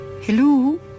Hello